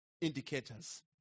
indicators